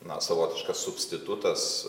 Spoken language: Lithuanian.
na savotiškas substitutas